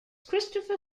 christopher